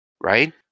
right